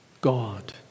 God